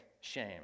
shame